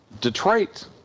Detroit